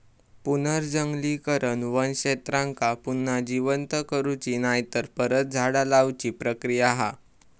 पुनर्जंगलीकरण वन क्षेत्रांका पुन्हा जिवंत करुची नायतर परत झाडा लाऊची प्रक्रिया हा